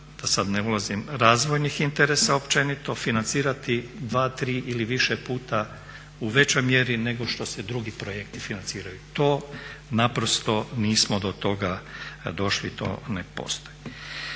da sad ne ulazim, razvojnih interesa općenito financirati dva, tri ili više puta u većoj mjeri nešto što se drugi projekti financiraju. To naprosto nismo, do toga došli, to ne postoji.